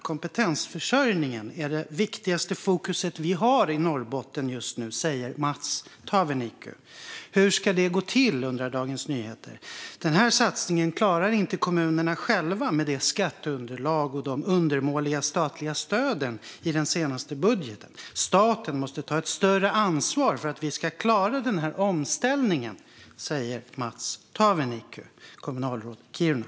Kompetensförsörjningen är det viktigaste fokuset vi har i Norrbotten just nu, säger Mats Taaveniku." Dagens Nyheter undrar hur det ska gå till. "Den här satsningen klarar inte kommunerna själva med det skatteunderlag och de undermåliga statliga stöden i den senaste budgeten. Staten måste ta ett större ansvar, för att vi ska klara den här omställningen, säger Mats Taaveniku." Han är alltså kommunalråd i Kiruna.